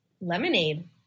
Lemonade